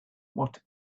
what